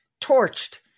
torched